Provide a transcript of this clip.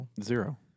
zero